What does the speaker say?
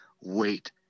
wait